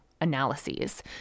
analyses